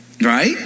Right